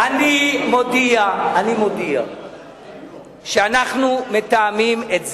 אני מודיע שאנחנו מתאמים את זה,